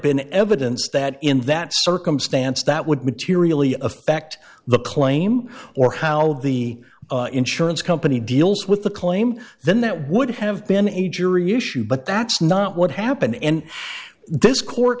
been evidence that in that circumstance that would materially affect the claim or how the insurance company deals with the claim then that would have been a jury issue but that's not what happened in this court